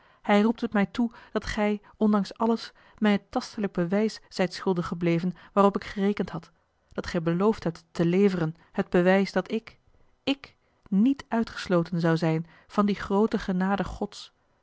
hij roept het mij toe dat gij ondanks alles mij het tastelijk bewijs zijt schuldig gebleven waarop ik gerekend had dat gij beloofd hebt te leveren het bewijs dat ik ik niet uitgesloten zou zijn van die groote genade gods